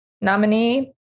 nominee